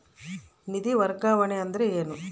ನಿಧಿ ವರ್ಗಾವಣೆ ಅಂದರೆ ಏನು?